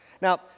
Now